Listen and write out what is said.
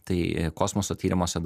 tai kosmoso tyrimuose